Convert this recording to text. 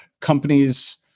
companies